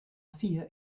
vier